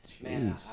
Man